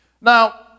Now